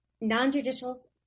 Non-judicial